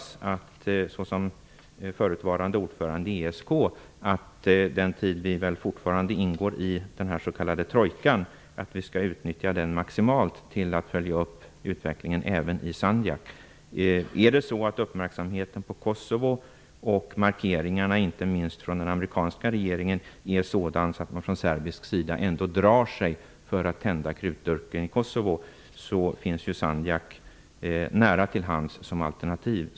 Såsom förutvarande ordförande i ESK hoppas jag att man under den tid Sverige fortfarande ingår i den s.k. trojkan skall utnyttja den maximalt till att följa upp utvecklingen även i Sandjak. Innebär uppmärksamheten på Kosovo och markeringarna, inte minst från den amerikanska regeringen, att man från serbisk sida drar sig för att tända krutdurken i Kosovo finns Sandjak nära till hands som alternativ.